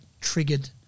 triggered